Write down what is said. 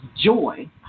joy